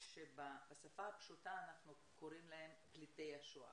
שבשפה פשוטה אנחנו קוראים להם פליטי השואה,